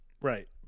Right